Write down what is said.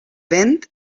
vent